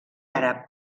àrab